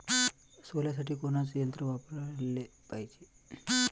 सोल्यासाठी कोनचं यंत्र वापराले पायजे?